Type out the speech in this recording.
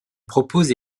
propose